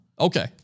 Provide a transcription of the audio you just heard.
Okay